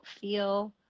feel